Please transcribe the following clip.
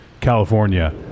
California